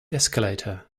escalator